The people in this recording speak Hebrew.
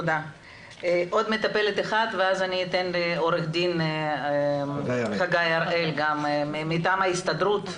עוד מטפלת אחד ואז עו"ד חגי הראל מטעם ההסתדרות,